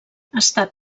està